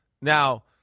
Now